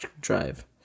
drive